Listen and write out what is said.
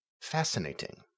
fascinating